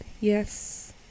Yes